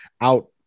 out